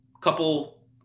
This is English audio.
couple